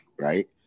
right